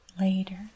later